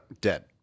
dead